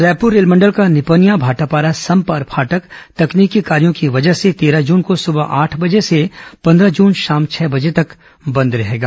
रायपुर रेलमंडल का निपनिया भाटापारा समपार फाटक तकनीकी कार्यों की वजह से तेरह जून को सुबह आठ बजे से पंद्रह जन शाम छह बजे तक बंद रहेगा